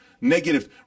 negative